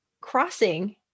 crossing